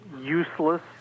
useless